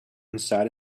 inside